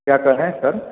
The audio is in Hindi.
क्या कहें सर